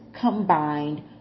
combined